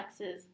flexes